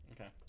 Okay